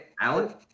Alan